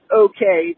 okay